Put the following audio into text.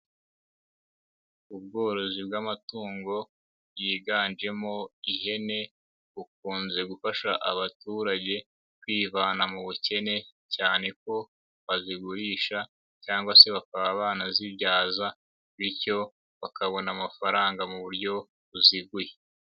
Ubworozi bw'amatungo bwiganjemo ihene, bukunze gufasha abaturage, kwivana mu bukene cyane ko, bazigurisha cyangwa se bakaba banazibyaza, bityo bakabona amafaranga mu buryo buziguye.